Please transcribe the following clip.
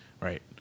right